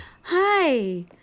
Hi